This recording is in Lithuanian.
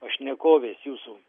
pašnekovės jūsų